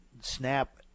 snap